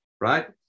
right